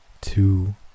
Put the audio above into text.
two